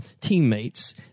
teammates